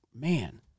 man